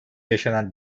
yaşanan